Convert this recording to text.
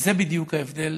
וזה בדיוק ההבדל,